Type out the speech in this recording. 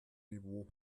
niveau